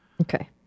Okay